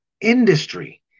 industry